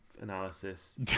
analysis